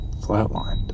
flatlined